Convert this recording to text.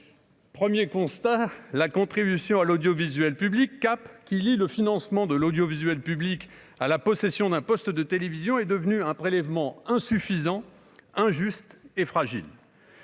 : 1er constat la contribution à l'audiovisuel public cap qui lie le financement de l'audiovisuel public à la possession d'un poste de télévision est devenu un prélèvement insuffisant, injuste et fragile.